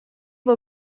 wol